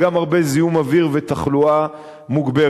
אבל גם הרבה זיהום אוויר ותחלואה מוגברת.